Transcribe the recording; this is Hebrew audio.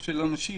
של אנשים,